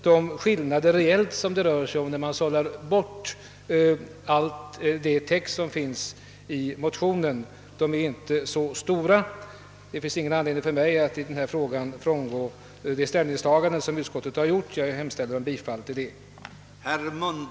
De skillnader det reellt rör sig om sedan alla citat i motionen skalats bort är inte så stora. Det finns därför ingen anledning för mig att i denna fråga frångå utskottets ställningstagande, och jag hemställer om bifall till utskottets förslag.